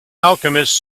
alchemist